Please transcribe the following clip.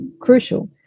crucial